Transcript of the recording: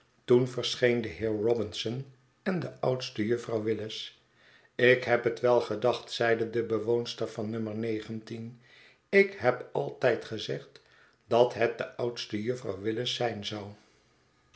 toen verschenen de heer robinson en de oudste juffrouw willis ik heb het wel gedacht zeide de bewoonster van no ik heb altijd gezegd dat het de oudste juffrouw willis zijn zou